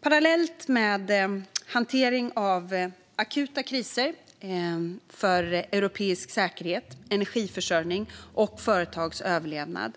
Parallellt med hantering av akuta kriser för säkerhet, energiförsörjning och företags överlevnad